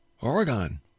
Oregon